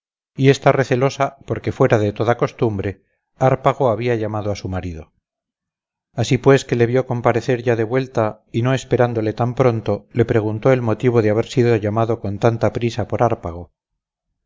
y ésta recelosa porque fuera de toda costumbre hárpago había llamado a su marido así pues que le vio comparecer ya de vuelta y no esperándole tan pronto le preguntó el motivo de haber sido llamado con tanta prisa por hárpago